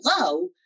low